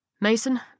Mason